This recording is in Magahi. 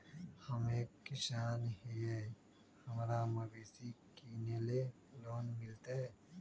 हम एक किसान हिए हमरा मवेसी किनैले लोन मिलतै?